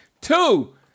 Two